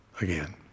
again